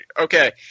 okay